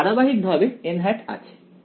তাই ধারাবাহিকভাবে আছে